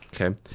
okay